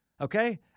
Okay